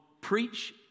preach